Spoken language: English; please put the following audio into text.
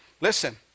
Listen